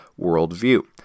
worldview